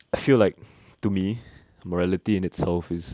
I feel like to me morality in itself is